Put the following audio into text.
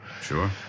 Sure